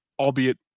Albeit